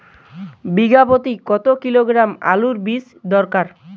বিঘা প্রতি কত কিলোগ্রাম আলুর বীজ দরকার?